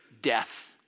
death